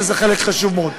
שזה חלק חשוב מאוד.